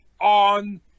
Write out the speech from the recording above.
on